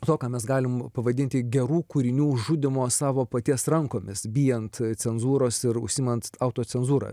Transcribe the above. to ką mes galim pavadinti gerų kūrinių žudymo savo paties rankomis bijant cenzūros ir užsiimant autocenzūra